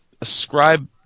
ascribe –